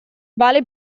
vale